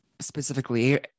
specifically